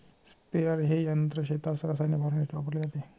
sprayer हे यंत्र शेतात रसायने फवारण्यासाठी वापरले जाते